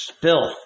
filth